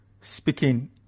speaking